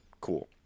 cool